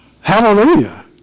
hallelujah